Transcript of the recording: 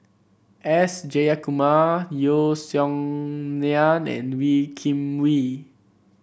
S Jayakumar Yeo Song Nian and Wee Kim Wee